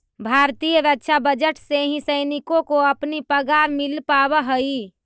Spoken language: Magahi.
भारतीय रक्षा बजट से ही सैनिकों को अपनी पगार मिल पावा हई